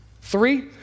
Three